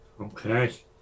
Okay